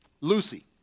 Lucy